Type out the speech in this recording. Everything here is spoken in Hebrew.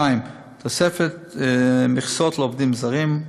2. תוספת מכסות לעובדים זרים,